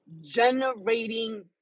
generating